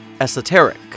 Esoteric